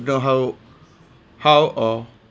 know how how or